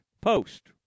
Post